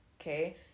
okay